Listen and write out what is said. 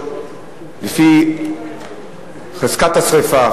לפי חוזק השרפה,